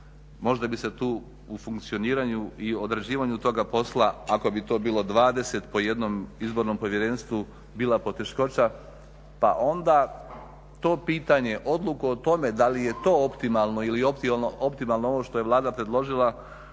možda bi se tu u funkcioniranju i odrađivanju toga posla ako to bilo 20 po jednom izbornom povjerenstvu bila poteškoća, pa onda to pitanje, odluku o tome da li je to optimalno ili optimalno ovo što je Vlada predložila